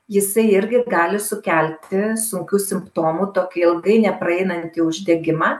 jisai irgi gali sukelti sunkių simptomų tokį ilgai nepraeinantį uždegimą